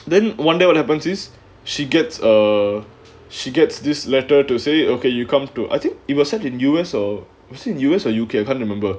then one day what happens is she gets a she gets this letter to say okay you come to I think it will set in U_S or U_S or U_K I can't remember